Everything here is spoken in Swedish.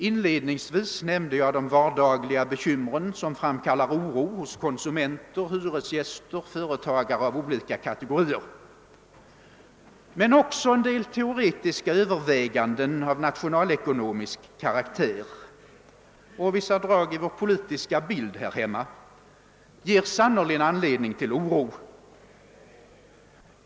Inledningsvis nämnde jag de vardagliga bekymren, som framkallat oro hos konsumenter, hyresgäster och företagare av olika kategorier. Men också en del teoretiska överväganden av nationalekonomisk karaktär : och 'vissa drag i den politiska bilden här hemma ger sannerligen anledning till oro.